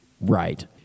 Right